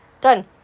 Done